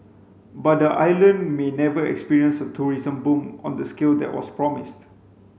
but the island may never experience a tourism boom on the scale that was promised